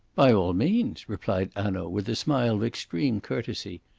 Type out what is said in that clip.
by all means, replied hanaud, with a smile of extreme courtesy.